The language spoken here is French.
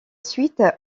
suite